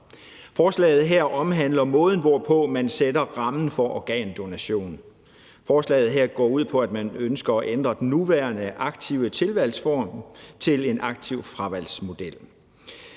Forslaget her omhandler måden, hvorpå man sætter rammen for organdonation. Forslaget her går ud på, at man ønsker at ændre den nuværende aktivt tilvalgs-form til en aktivt fravalgs-model.